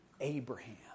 Abraham